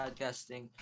podcasting